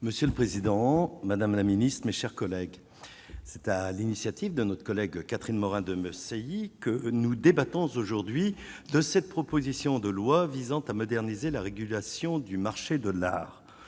Monsieur le Président, Madame la Ministre, mes chers collègues, c'est à l'initiative de notre collègue Catherine Morin-de me que nous débattons aujourd'hui de cette proposition de loi visant à moderniser la régulation du marché de l'art